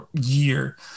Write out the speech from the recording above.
year